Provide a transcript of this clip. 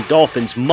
Dolphins